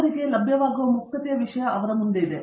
ಅವರಿಗೆ ಲಭ್ಯವಾಗುವ ಮುಕ್ತತೆಯ ವಿಷಯ ಅವರ ಮುಂದೆ ಇದೆ